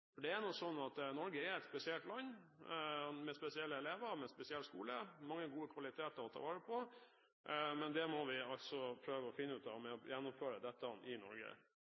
Norge er jo et spesielt land, med spesielle elever og med en spesiell skole. Det er mange gode kvaliteter å ta vare på. Men dette må vi prøve å finne ut av ved å gjennomføre det i Norge.